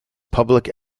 public